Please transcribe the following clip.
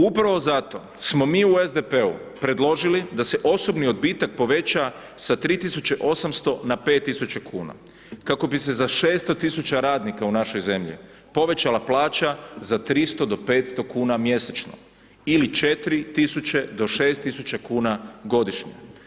Upravo zato smo mi u SDP-u predložili da se osobni odbitak poveća sa 3.800 na 5.000 kuna, kako bi se za 600.000 radnika u našoj zemlji povećala plaća za 300 do 500 kuna mjesečno ili 4.000 do 6.000 kuna godišnje.